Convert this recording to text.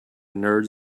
nerds